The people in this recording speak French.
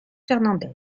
fernández